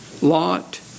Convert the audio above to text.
Lot